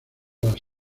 las